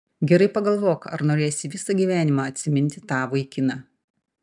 gerai pagalvok ar norėsi visą gyvenimą atsiminti tą vaikiną